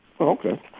Okay